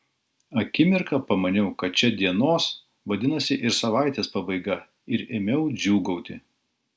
akimirką pamaniau kad čia dienos vadinasi ir savaitės pabaiga ir ėmiau džiūgauti